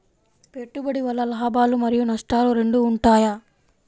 పెట్టుబడి వల్ల లాభాలు మరియు నష్టాలు రెండు ఉంటాయా?